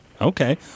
okay